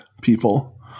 people